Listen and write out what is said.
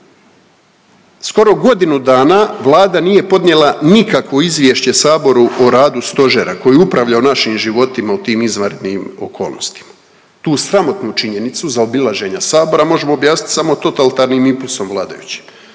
Skoro godinu dana Vlada nije podnijela nikakvo izvješće saboru o radu stožera koji je upravljao našim životima u tim izvanrednim okolnostima. Tu sramotnu činjenicu zaobilaženja sabora možemo objasniti samo totalitarnim impresom vladajućim,